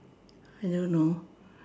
I don't know